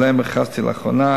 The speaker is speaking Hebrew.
שעליהם הכרזתי לאחרונה,